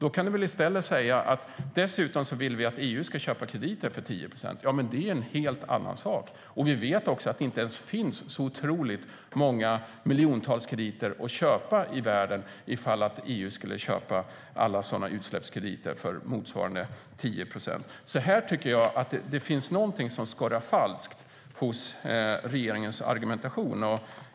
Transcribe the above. Då kan du väl i stället säga: Dessutom vill vi att EU ska köpa krediter för 10 procent. Det är en helt annan sak. Vi vet också att det inte ens finns så många miljontals krediter att köpa i världen, ifall EU skulle köpa alla sådana utsläppskrediter som motsvarar 10 procent. Här tycker jag att något skorrar falskt i regeringens argumentation.